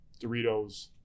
Doritos